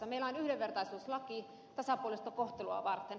meillä on yhdenvertaisuuslaki tasapuolista kohtelua varten